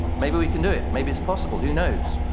maybe we can do it, maybe it's possible who knows?